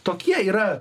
tokie yra